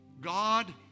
God